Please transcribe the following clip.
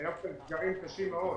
היו כאן סגרים קשים מאוד.